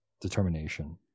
determination